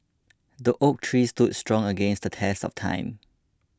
the oak tree stood strong against the test of time